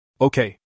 Okay